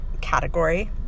category